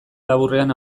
laburrean